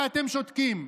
ואתם שותקים.